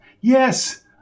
Yes